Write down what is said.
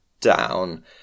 down